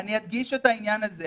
אני אדגיש את העניין הזה.